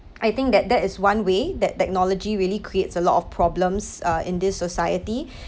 I think that that is one way that technology really creates a lot of problems uh in this society